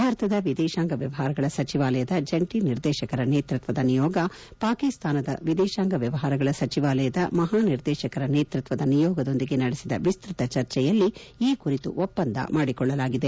ಭಾರತದ ವಿದೇಶಾಂಗ ವ್ವವಹಾರಗಳ ಸಚಿವಾಲಯದ ಜಂಟ ನಿರ್ದೇಶಕರ ನೇತೃತ್ವದ ನಿಯೋಗ ಪಾಕಿಸ್ತಾನದ ವಿದೇಶಾಂಗ ವ್ಯವಹಾರಗಳ ಸಚಿವಾಲಯದ ಮಹಾನಿರ್ದೇಶಕರ ನೇತೃತ್ವದ ನಿಯೋಗದೊಂದಿಗೆ ನಡೆಸಿದ ವಿಸ್ತತ ಚರ್ಚೆಯಲ್ಲಿ ಈ ಕುರಿತು ಒಪ್ಪಂದ ಮಾಡಿಕೊಳ್ಳಲಾಗಿದೆ